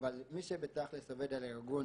אבל מי שבפועל עובד על הארגון